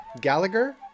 Gallagher